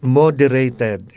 moderated